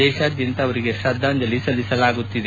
ದೇಶಾದ್ಯಂತ ಅವರಿಗೆ ಶ್ರದ್ದಾಂಜಲಿ ಸಲ್ಲಿಸಲಾಗುತ್ತಿದೆ